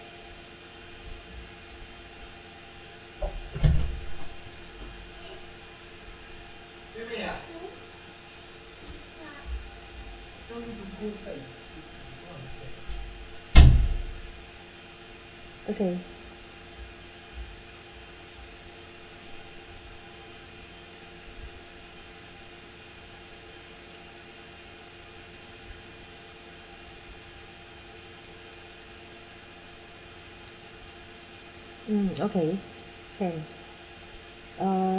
okay mm okay can uh